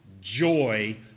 joy